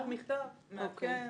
שלח מכתב מעדכן.